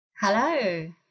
Hello